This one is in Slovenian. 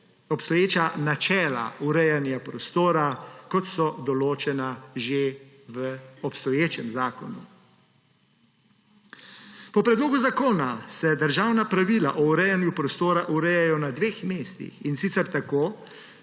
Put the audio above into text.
načela urejanja prostora, kot so določena že v obstoječem zakonu. Po predlogu zakona se državna pravila o urejanju prostora urejajo na dveh mestih, in sicer tako,